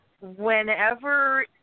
whenever